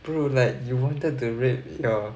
bro like you wanted to rape your